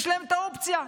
יש אופציה,